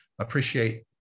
Appreciate